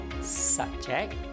subject